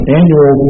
annual